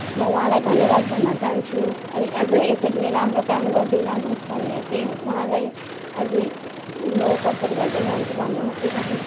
म उहाँलाई धन्यवाद भन्न चाहन्छु अनि अझै यसरी नै राम्रो काम गर्दै जानुहोस् भनेर चाहिँ उहाँलाई अझै म सपोर्ट गर्दै जान्छु भन्न मात्रै चाहन्छु